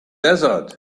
desert